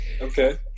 okay